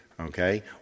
Okay